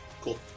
cool